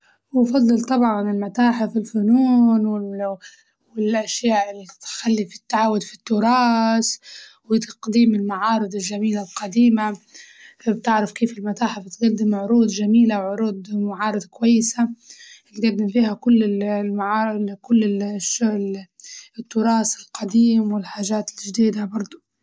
أفظل طبعاً المتاحف الفنون وال- والأشياء اللي تخلي في تعاود في التراس، وتقديم المعارض الجميلة القديمة بتعرف كيف المتاحف تقدم عروض جميلة وعروض معارض كويسة، تقدم فيها كل ال- الم- كل ال- الش- التراس القديم والحاجات الجديدة برضه.